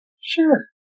sure